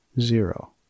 zero